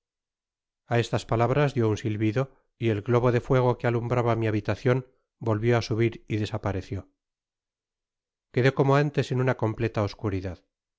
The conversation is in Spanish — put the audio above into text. a estas palabras dió un silvido y el globo de fuego que alumbraba mi habitacion volvió á subir y desapareció quedé como antes en una completa oscuridad